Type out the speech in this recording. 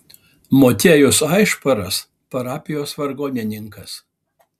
motiejus aišparas parapijos vargonininkas